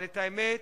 אבל את האמת,